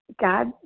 god